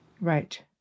right